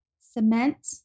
cement